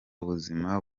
buzima